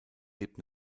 lebt